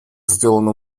сделано